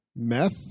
Meth